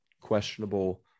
questionable